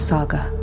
Saga